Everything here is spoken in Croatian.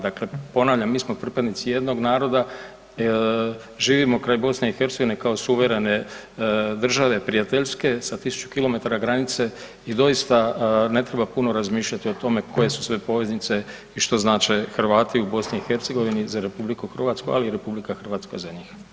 Dakle, ponavljam, mi smo pripadnici jednog naroda, živimo kraj BiH kao suverene države prijateljske, sa 1000 km granice i doista ne treba puno razmišljati o tome koje su sve poveznice i što znače Hrvati u BiH za RH, ali i RH za njih.